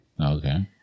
Okay